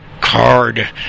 card